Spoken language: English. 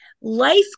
life